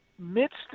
Midst